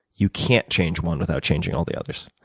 you can't change one without changing all the others.